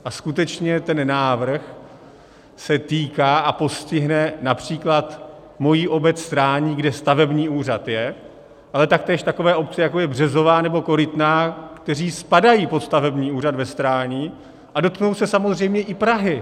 A skutečně ten návrh se týká, a postihne například moji obec Strání, kde stavební úřad je, ale taktéž takové obce, jako je Březová nebo Korytná, které spadají pod stavební úřad ve Strání, a dotknou se samozřejmě i Prahy.